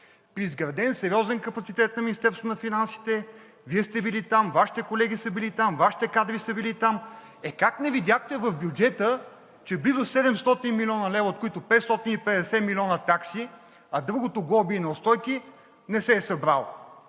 При изграден сериозен капацитет на Министерството на финансите, Вие сте били там, Вашите колеги са били там, Вашите кадри са били там, е как не видяхте в бюджета, че близо 700 млн. лв., от които 550 милиона такси, а другото глоби и неустойки, не се е събрало?